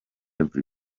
every